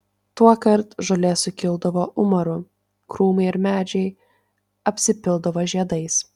tuokart žolė sukildavo umaru krūmai ir medžiai apsipildavo žiedais